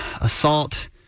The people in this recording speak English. assault